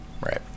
right